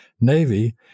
Navy